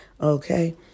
okay